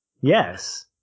yes